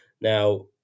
now